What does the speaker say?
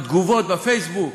בתגובות בפייסבוק,